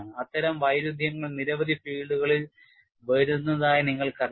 അത്തരം വൈരുദ്ധ്യങ്ങൾ നിരവധി ഫീൽഡുകളിൽ വരുന്നതായി നിങ്ങൾക്കറിയാം